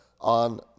on